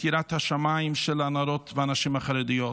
את יראת השמיים של הנערות ושל הנשים החרדיות.